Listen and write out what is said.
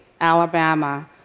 Alabama